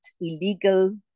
illegal